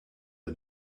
the